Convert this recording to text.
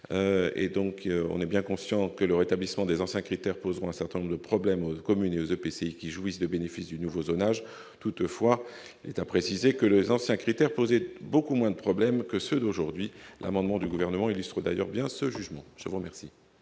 on est bien conscient que le rétablissement des anciens critères poseront un certain nombre de problèmes de PC qui jouissent de bénéfices du nouveau zonage toutefois à préciser que les anciens critères posés beaucoup moins de problèmes que ceux d'aujourd'hui, l'amendement du gouvernement illustre d'ailleurs bien ce jugement avant merci.